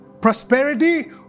prosperity